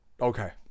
okay